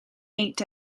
ate